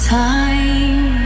time